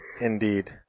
Indeed